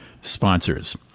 sponsors